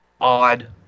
odd